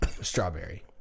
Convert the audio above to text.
strawberry